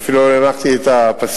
ואפילו לא הנחתי את הפסים.